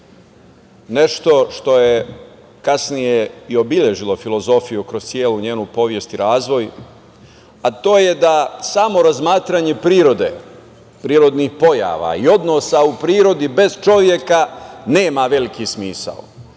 nešto što je kasnije i obeležilo filozofiju kroz celu njenu istoriju i razvoj, a to je da samo razmatranje prirode, prirodnih pojava i odnosa u prirodi bez čoveka nema veliki smisao.